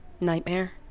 Nightmare